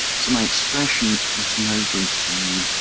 so my expression is now going to be